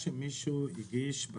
רישיון